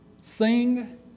sing